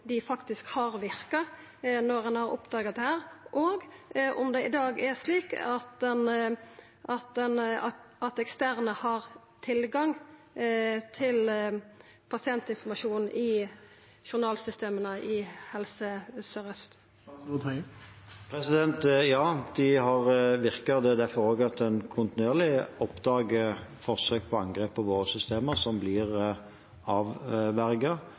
dei faktisk har verka når ein har oppdaga dette, og om det i dag er slik at eksterne har tilgang til pasientinformasjon i journalsystema i Helse Sør-Aust. Ja, de har virket, og det er derfor en kontinuerlig oppdager forsøk på angrep på våre systemer, som blir